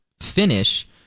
finish